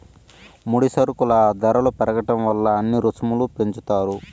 ముడి సరుకుల ధరలు పెరగడం వల్ల అన్ని రుసుములు పెంచుతారు